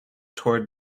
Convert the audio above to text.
toward